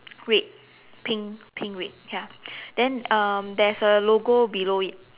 red pink pink red ya then um there's a logo below it